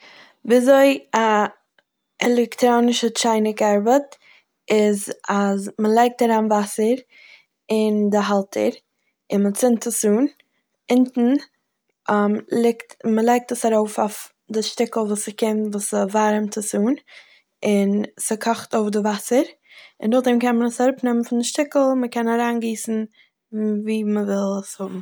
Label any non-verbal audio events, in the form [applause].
ווי אזוי א עלעקטעראנישע טשייניק ארבעט, איז אז מ'לייגט אריין וואסער אין די האלטער און מ'צינד עס אן, אונטן [hesitation] ליגט מ'לייגט עס ארויף אויף די שטיקל וואס ס'קומט וואס ס'ווארעמט עס אן און ס'קאכט אויף די וואסער און נאכדעם קען מען עס אראפנעמען פון די שטיקל און מ'קען אריינגיסן ווי מ'וויל עס האבן.